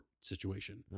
situation